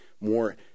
more